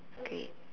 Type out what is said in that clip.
great